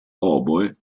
oboe